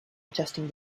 adjusting